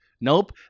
nope